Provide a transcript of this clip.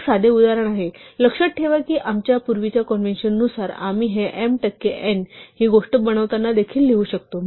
हे एक साधे उदाहरण आहे लक्षात ठेवा की आमच्या पूर्वीच्या कॉन्व्हेंशननुसार आम्ही हे m टक्के n ही गोष्ट बनवताना देखील लिहू शकतो